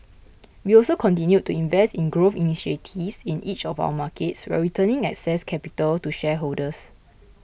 we also continued to invest in growth initiatives in each of our markets while returning excess capital to shareholders